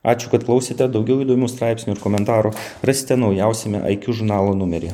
ačiū kad klausėte daugiau įdomių straipsnių ir komentarų rasite naujausiame ai kju žurnalo numerye